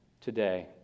today